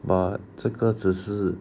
but 这个只是